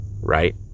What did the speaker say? right